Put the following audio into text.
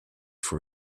for